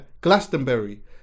Glastonbury